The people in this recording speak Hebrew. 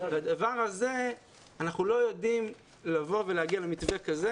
בדבר הזה אנחנו לא יודעים להגיע למתווה כזה.